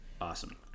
Awesome